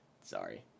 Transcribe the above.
Sorry